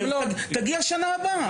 ואז אומרים לי תגיע בשנה הבאה.